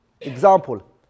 Example